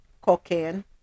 Cocaine